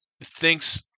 thinks